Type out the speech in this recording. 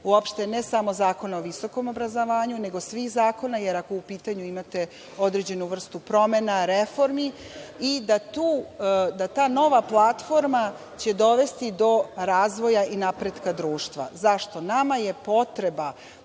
uopšte ne samo Zakona o visokom obrazovanju, nego svih zakona, jer ako je u pitanju imate određenu vrstu promena, reformi i da ta nova platforma će dovesti do razvoja i napretka društva.Zašto? Nama je potreba